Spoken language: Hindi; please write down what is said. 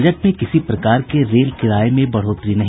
बजट में किसी प्रकार के रेल किराये में बढ़ोतरी नहीं